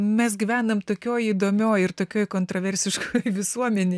mes gyvenam tokioj įdomioj ir tokioj kontroversiškoj visuomenėj